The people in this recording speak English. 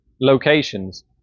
locations